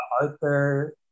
Arthur